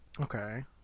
okay